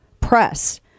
press